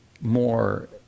more